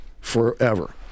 forever